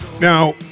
Now